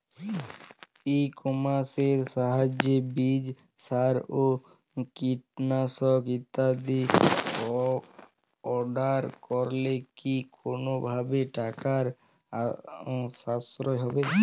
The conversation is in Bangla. ই কমার্সের সাহায্যে বীজ সার ও কীটনাশক ইত্যাদি অর্ডার করলে কি কোনোভাবে টাকার সাশ্রয় হবে?